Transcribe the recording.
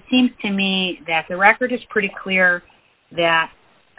it seems to me that the record is pretty clear that